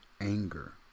anger